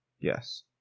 Yes